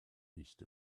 east